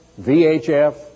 VHF